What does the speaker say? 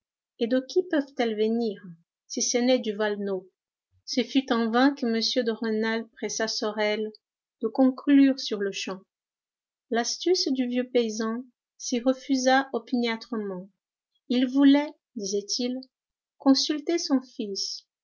et de qui peuvent-elles venir si ce n'est du valenod ce fut en vain que m de rênal pressa sorel de conclure sur-le-champ l'astuce du vieux paysan s'y refusa opiniâtrement il voulait disait-il consulter son fils